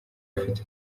afite